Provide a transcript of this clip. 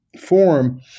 form